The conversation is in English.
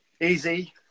Easy